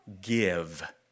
give